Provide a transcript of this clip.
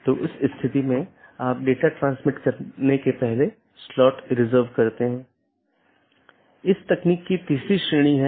तो मुख्य रूप से ऑटॉनमस सिस्टम मल्टी होम हैं या पारगमन स्टब उन परिदृश्यों का एक विशेष मामला है